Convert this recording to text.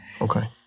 Okay